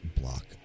block